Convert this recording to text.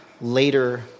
Later